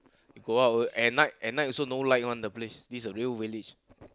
go out at night at night also no light one the place this a real village